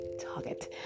target